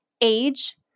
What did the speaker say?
age